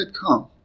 come